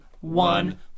one